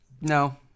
no